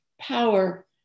power